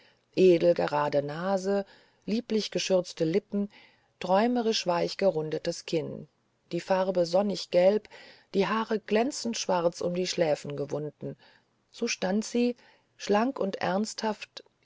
edel grade nase lieblich geschürzte lippen träumerisch weich gerundetes kinn die farbe sonnig gelb die haare glänzend schwarz um die schläfen gewunden so stand sie schlank und ernsthaft